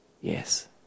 Yes